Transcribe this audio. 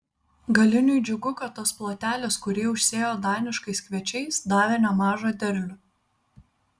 galiniui džiugu kad tas plotelis kurį užsėjo daniškais kviečiais davė nemažą derlių